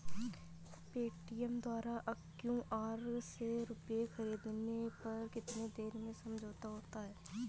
Paytm द्वारा QR से रूपए ख़रीदने पर कितनी देर में समझौता होता है?